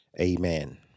Amen